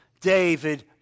David